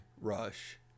Rush